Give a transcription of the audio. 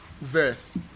verse